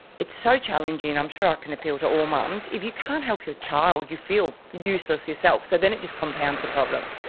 it's so challenging. i'm sure i can appeal to all mums, if you can't help your child you feel useless yourself, so then it just compounds the problem.